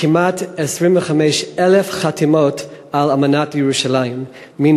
כמעט 25,000 חתימות על אמנת ירושלים של